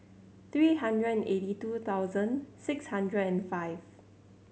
three hundred eighty two thousand six hundred and five